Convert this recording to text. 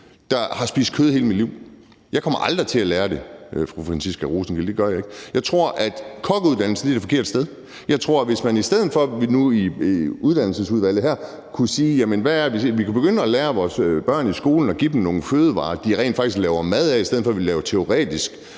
jeg har spist kød hele mit liv. Jeg kommer aldrig til at lære det, fru Franciska Rosenkilde – det gør jeg ikke. Jeg tror, at kokkeuddannelsen er det forkerte sted. Hvis man nu i stedet for i Børne- og Undervisningsudvalget her kunne sige, at vi kunne begynde at lære vores børn i skolen det og give dem nogle fødevarer, de rent faktisk laver mad af, i stedet for at vi laver teoretisk